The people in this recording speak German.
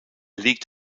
liegt